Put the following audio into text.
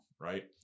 right